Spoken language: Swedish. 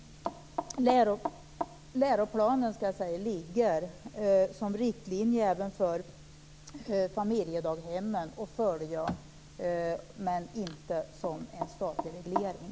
Läroplanen ligger som en riktlinje som även familjedaghemmen kan följa, men det är inte en statlig reglering.